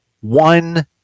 One